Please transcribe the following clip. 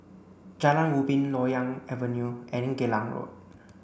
Jalan Ubin Loyang Avenue and Geylang Road